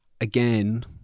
again